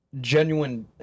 genuine